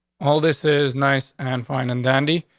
all this is nice and fine and dandy,